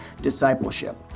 discipleship